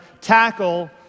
tackle